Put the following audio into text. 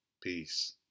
Peace